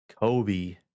kobe